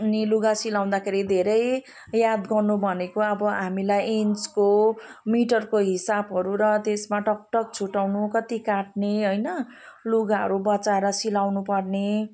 अनि लुगा सिलाउँदाखेरि धेरै याद गर्नु भनेको अब हामीलाई इन्चको मिटरको हिसाबहरू र त्यसमा टक टक छुट्ट्याउनु कति काट्ने होइन लुगाहरू बँचाएर सिलाउनुपर्ने